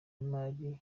w’imari